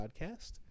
podcast